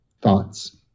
thoughts